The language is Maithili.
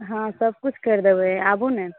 हँ सबकिछु करि देबै आबू ने